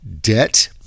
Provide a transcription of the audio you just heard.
Debt